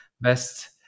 best